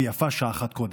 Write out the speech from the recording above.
שיפה שעה אחת קודם.